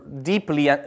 deeply